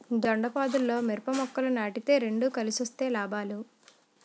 దొండపాదుల్లో మిరప మొక్కలు నాటితే రెండు కలిసొస్తే లాభాలు